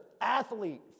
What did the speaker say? athlete